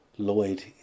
Lloyd